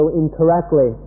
incorrectly